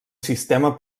sistema